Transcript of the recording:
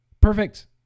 perfect